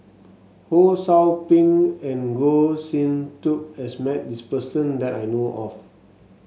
Ho Sou Ping and Goh Sin Tub has met this person that I know of